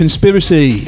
Conspiracy